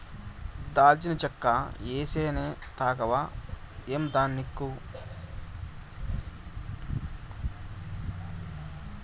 దాల్చిన చెక్క ఏసీ అనే తాగవా ఏందానిక్కు